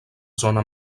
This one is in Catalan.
zona